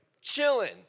chilling